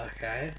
Okay